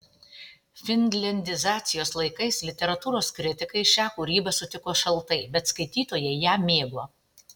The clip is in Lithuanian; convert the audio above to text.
finliandizacijos laikais literatūros kritikai šią kūrybą sutiko šaltai bet skaitytojai ją mėgo